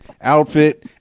outfit